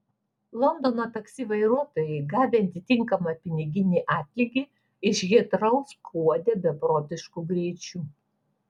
londono taksi vairuotojai gavę atitinkamą piniginį atlygį iš hitrou skuodė beprotišku greičiu